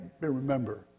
remember